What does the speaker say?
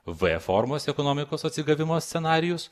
v formos ekonomikos atsigavimo scenarijus